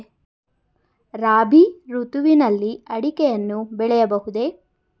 ರಾಬಿ ಋತುವಿನಲ್ಲಿ ಅಡಿಕೆಯನ್ನು ಬೆಳೆಯಬಹುದೇ?